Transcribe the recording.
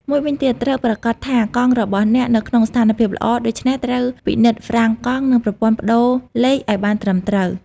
មួយវិញទៀត ត្រូវប្រាកដថាកង់របស់អ្នកនៅក្នុងស្ថានភាពល្អ ដូច្នេះត្រូវពិនិត្យហ្វ្រាំងកង់ និងប្រព័ន្ធប្ដូរលេខឲ្យបានត្រឹមត្រូវ។